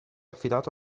affidato